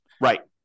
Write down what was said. Right